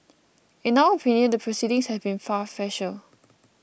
in our opinion the proceedings have been farcical